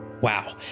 Wow